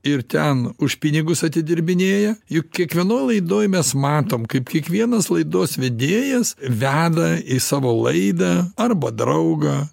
ir ten už pinigus atidirbinėja juk kiekvienoj laidoj mes matom kaip kiekvienas laidos vedėjas veda į savo laidą arba draugą